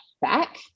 back